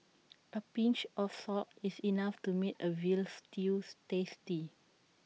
A pinch of salt is enough to make A Veal Stew tasty